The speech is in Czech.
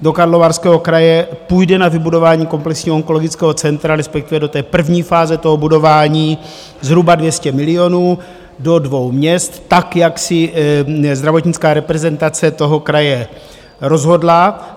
Do Karlovarského kraje půjde na vybudování komplexního onkologického centra, respektive do té první fáze toho budování zhruba 200 milionů do dvou měst tak, jak si zdravotnická reprezentace kraje rozhodla.